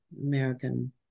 american